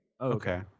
Okay